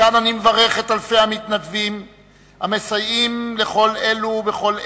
מכאן אני מברך את אלפי המתנדבים המסייעים לכל אלו בכל עת,